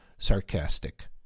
Sarcastic